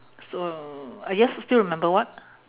so ah yes still remember what